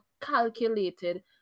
calculated